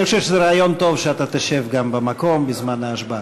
אני חושב שזה רעיון טוב שאתה תשב במקום בזמן ההשבעה.